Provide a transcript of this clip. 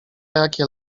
jakie